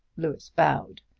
louis bowed.